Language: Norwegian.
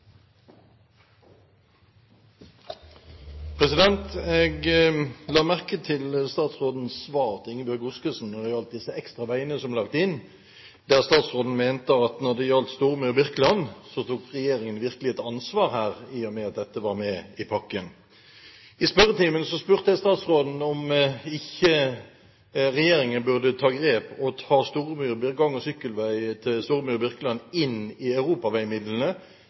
Jeg la merke til statsrådens svar til Ingebjørg Godskesen når det gjaldt disse ekstraveiene som er lagt inn, der statsråden mente at når det gjaldt Storemyr–Birkeland, tok regjeringen virkelig et ansvar her, i og med at dette var med i pakken. I spørretimen spurte jeg statsråden om ikke regjeringen burde ta grep og ta gang- og sykkelvei langs Storemyr–Birkeland inn i europaveimidlene,